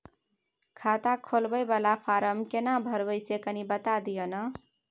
खाता खोलैबय वाला फारम केना भरबै से कनी बात दिय न?